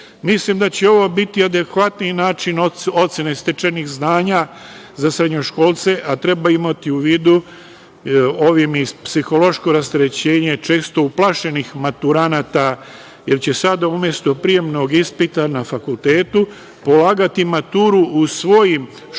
Mislim da će ovo biti adekvatniji način ocene stečenih znanja za srednjoškolce, a treba imati u vidu ovim i psihološko rasterećenje često uplašenih maturanata, jer će sada umesto prijemnog ispita na fakultetu polagati maturu u svojim školama